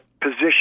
position